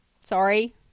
Sorry